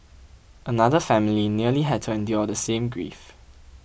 another family nearly had to endure the same grief